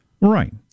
Right